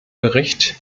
bericht